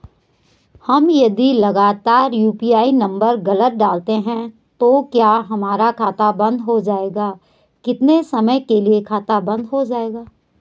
हम यदि लगातार यु.पी.आई नम्बर गलत डालते हैं तो क्या हमारा खाता बन्द हो जाएगा कितने समय के लिए खाता बन्द हो जाएगा?